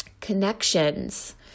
connections